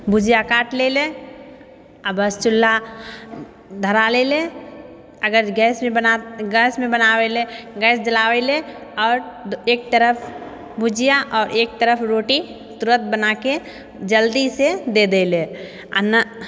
भुजिया काटि लेले आओर बस चूल्हा धरा लेले अगर गैसमे बना गैसमे बनाबै लेल गैस जलाबै लए आओर एक तरफ भुजिया आओर एक तरफ रोटी तुरत बनाके जल्दीसँ दऽ दैले आओर नहि